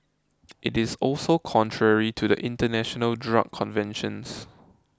it is also contrary to the international drug conventions